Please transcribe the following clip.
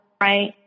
right